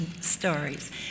stories